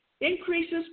Increases